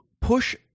push